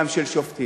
גם של שופטים.